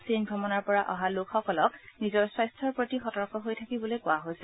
চীন ভ্ৰমণৰ পৰা লোকসকলক নিজৰ স্বাস্থাৰ প্ৰতি সতৰ্ক হৈ থাকিবলৈ কোৱা হৈছে